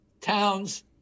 Towns